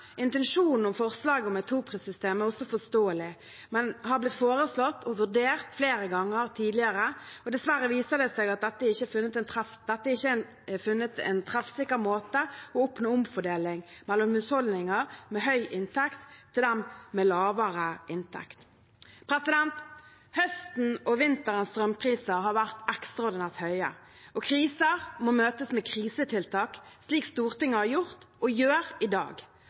Intensjonen i forslaget om et toprissystem er også forståelig, men har blitt foreslått og vurdert flere ganger tidligere. Dessverre viser det seg at dette ikke er funnet å være en treffsikker måte å oppnå omfordeling mellom husholdninger med høy inntekt til dem med lavere inntekt. Høstens og vinterens strømpriser har vært ekstraordinært høye, og kriser må møtes med krisetiltak, slik Stortinget har gjort og gjør i dag.